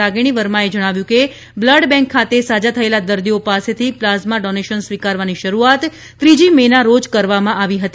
રાગીણી વર્માએ જણાવ્યુ કે બ્લડબેંક ખાતે સાજા થયેલા દર્દીઓ પાસેથી પ્લાઝમા ડોનેશન સ્વીકારવાની શરૂઆત ત્રીજી મેના રોજ કરવામાં આવી હતી